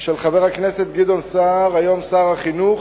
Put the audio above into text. של חבר הכנסת גדעון סער, היום שר החינוך,